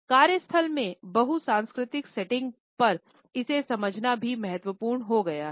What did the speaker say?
कार्यस्थल के बहु सांस्कृतिक सेटिंग पर इससे समझना भी महत्वपूर्ण हो गया है